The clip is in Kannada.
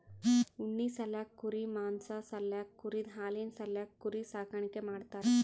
ಉಣ್ಣಿ ಸಾಲ್ಯಾಕ್ ಕುರಿ ಮಾಂಸಾ ಸಾಲ್ಯಾಕ್ ಕುರಿದ್ ಹಾಲಿನ್ ಸಾಲ್ಯಾಕ್ ಕುರಿ ಸಾಕಾಣಿಕೆ ಮಾಡ್ತಾರಾ